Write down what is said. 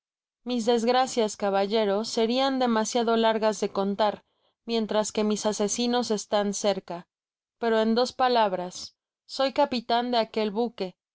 mis desgracias caballero serian demasiado largas de contar mientras que mis asesinos están tan cerca pero en dos palabras soy capitan de aquel buque